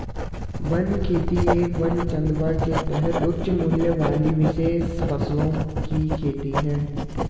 one खेती एक वन चंदवा के तहत उच्च मूल्य वाली विशेष फसलों की खेती है